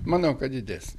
manau kad didesnė